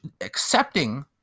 accepting